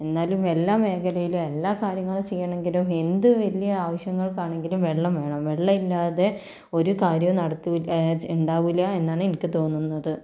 എന്നാലും എല്ലാ മേഖലയിലും എല്ലാ കാര്യങ്ങളും ചെയ്യണമെങ്കിലും എന്ത് വലിയ ആവശ്യങ്ങൾക്കാണെങ്കിലും വെള്ളം വേണം വെള്ളമില്ലാതെ ഒരു കാര്യവും നടത്തു ഉണ്ടാകില്ല എന്നാണ് എനിക്ക് തോന്നുന്നത്